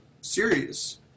series